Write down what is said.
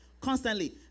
constantly